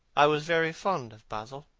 i was very fond of basil,